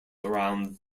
around